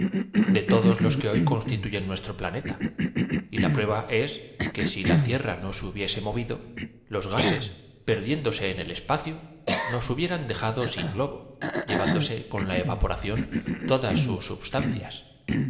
de todos los goleta y en que hoy constituyen nuestro planeta y la prueba es cada temporal el de un tren ó de una escuadra pero no llovían sólo medios de locomoción que si la tierra no se hubiese movido ios gases per del llanto de la diéndose en el espacio nos hubieran dejado sin globo zona gaseosa se desprendían chimeneas alumbrados llevándose con la evaporación todas sus substancias